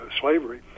slavery